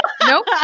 Nope